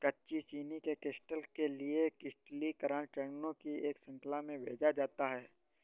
कच्ची चीनी के क्रिस्टल के लिए क्रिस्टलीकरण चरणों की एक श्रृंखला में भेजा जाता है